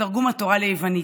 ותרגום התורה ליוונית.